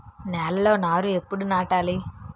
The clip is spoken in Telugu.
నేలలో నారు ఎప్పుడు నాటాలి?